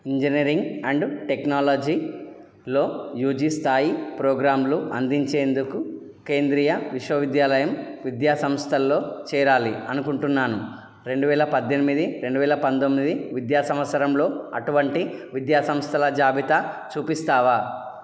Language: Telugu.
ఇంజనీరింగ్ అండ్ టెక్నాలజీలో యూజీ స్థాయి ప్రోగ్రాంలు అందించేందుకు కేంద్రీయ విశ్వవిద్యాలయం విద్యా సంస్థల్లో చేరాలి అనుకుంటున్నాను రెండువేల పద్దెనిమిది రెండువేల పంతొమ్మిది విద్యా సంవత్సరంలో అటువంటి విద్యా సంస్థల జాబితా చూపిస్తావా